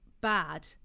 bad